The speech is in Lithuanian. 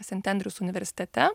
sent endrius universitete